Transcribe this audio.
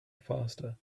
faster